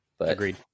Agreed